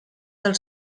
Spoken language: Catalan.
del